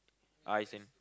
eyes and